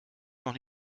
noch